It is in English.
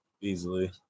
Easily